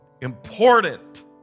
important